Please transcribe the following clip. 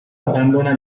abbandona